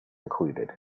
included